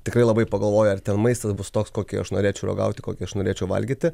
tikrai labai pagalvoji ar ten maistas bus toks kokį aš norėčiau ragauti kokį aš norėčiau valgyti